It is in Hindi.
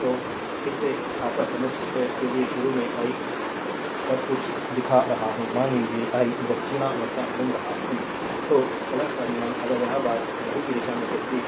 तो फिर से आपका समझ के लिए शुरू में आई सब कुछ दिखा रहा हूं मान लीजिए आई दक्षिणावर्त घूम रहा हूं तो टर्मिनल अगर यह बात your घड़ी की दिशा में चलती है